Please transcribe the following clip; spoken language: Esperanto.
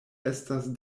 estas